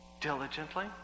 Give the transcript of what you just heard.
diligently